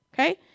Okay